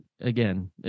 again